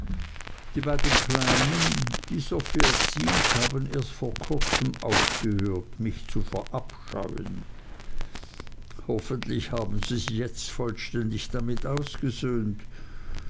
die beiden kleinen die sophie erzieht haben erst vor kurzem aufgehört mich zu verabscheuen hoffentlich haben sie sich jetzt vollständig damit ausgesöhnt